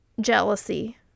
jealousy